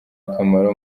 akamaro